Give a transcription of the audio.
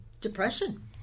depression